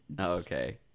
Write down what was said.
okay